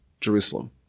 Jerusalem